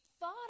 thought